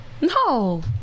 No